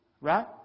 Right